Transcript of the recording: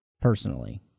personally